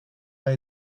pas